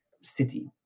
city